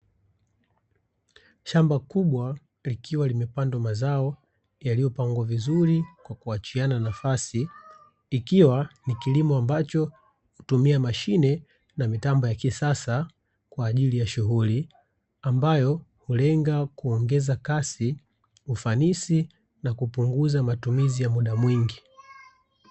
Shamba kubwa likiwa limepandwa mazao yaliyopandwa vizuri kwakuachiana nafasi, ikiwa ni kilimo ambacho hutumia mashine na mitambo ya kisasa, kwa ajili ya shughuli ambayo hulenga kuongeza kasi ufanisi, na kupunguza matumizi ya muda mwingi.